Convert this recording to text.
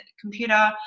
computer